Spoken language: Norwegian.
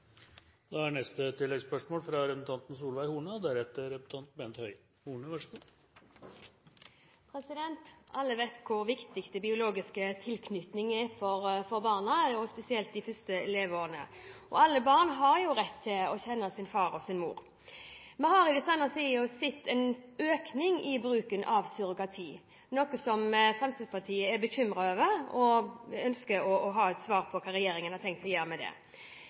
Solveig Horne – til oppfølgingsspørsmål. Alle vet hvor viktig biologisk tilknytning er for barna, spesielt i de første leveårene, og alle barn har rett til å kjenne sin far og sin mor. Vi har i den seneste tiden sett en økning i bruken av surrogati, noe som Fremskrittspartiet er bekymret over, og vi ønsker et svar på hva regjeringen har tenkt å gjøre med det.